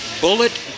Bullet